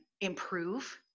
improve